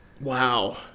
Wow